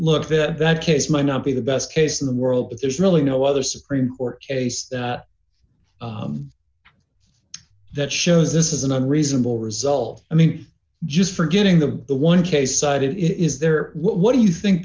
look this that case may not be the best case in the world but there's really no other supreme court case that shows this is an unreasonable result i mean just for getting the the one case cited is there what do you think